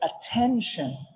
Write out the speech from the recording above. attention